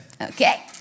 Okay